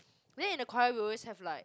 then in the choir we always have like